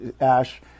Ash